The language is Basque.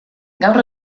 gaur